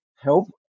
help